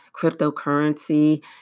cryptocurrency